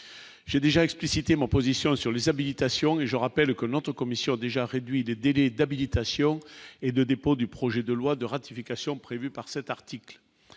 j'ai déjà explicité mon position sur les habitations, et je rappelle que notre commission a déjà réduit les délais d'habilitation et de dépôt du projet de loi de ratification prévues par cet article